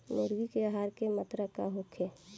मुर्गी के आहार के मात्रा का होखे?